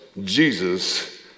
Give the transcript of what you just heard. Jesus